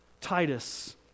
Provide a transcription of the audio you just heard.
Titus